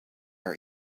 our